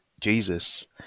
Jesus